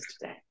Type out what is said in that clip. today